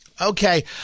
Okay